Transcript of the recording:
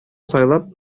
сайлап